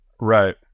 Right